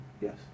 Yes